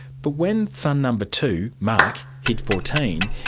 but when son number two, mark, hit fourteen,